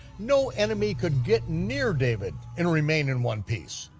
no enemy could get near david and remain in one piece.